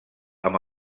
amb